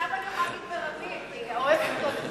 עכשיו אני יכולה להגיד ברבים, כי "אוהבת אותו" זה